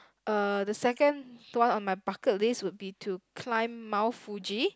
uh the second one on my bucket list would be to climb Mount-Fuji